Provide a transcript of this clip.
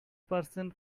percent